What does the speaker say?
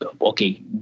Okay